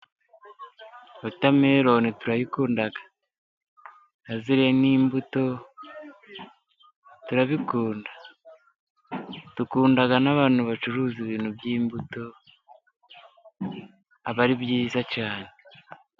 Watametoni turayikunda, ziba zirimo n'imbuto, turabikunda. Dukundana n'abantu bacuruza ibintu by'imbuto, aba ari byiza cyane.